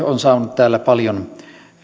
on saanut täällä paljon